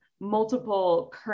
multiple